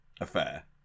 affair